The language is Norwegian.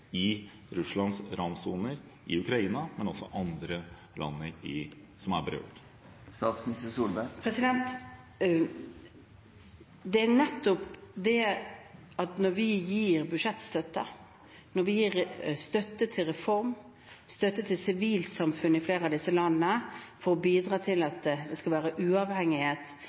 i Russlands randsoner, i Ukraina, men også i andre land som er berørt? Nettopp det at vi gir budsjettstøtte, vi gir støtte til reform, støtte til sivilsamfunnet i flere av disse landene for å bidra til